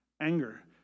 Anger